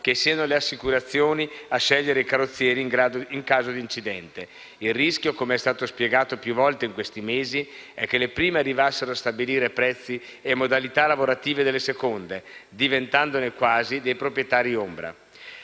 che siano le assicurazioni a scegliere i carrozzieri in caso di incidente. Il rischio, come è stato spiegato più volte in questi mesi, è che le prime arrivassero a stabilire prezzi e modalità lavorative delle seconde, diventandone quasi dei proprietari-ombra.